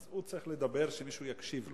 הוא צריך לדבר כשמישהו מקשיב לו.